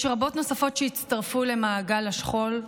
יש רבות נוספות שהצטרפו למעגל השכול,